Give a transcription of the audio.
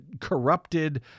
corrupted